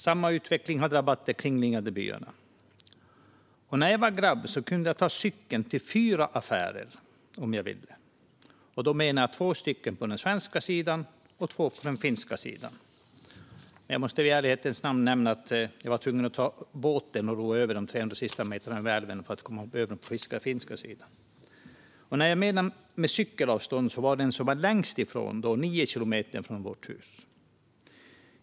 Samma utveckling har drabbat de kringliggande byarna. När jag var grabb kunde jag ta cykeln till fyra affärer om jag ville. Då menar jag två på den svenska sidan och två på den finska sidan. Jag måste i ärlighetens namn nämna att jag tvungen att båten och ro över älven de sista 300 meterna för att komma över på den finska sidan. Med cykelavstånd menar jag till den som låg längst bort, nio kilometer, från vårt hus.